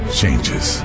changes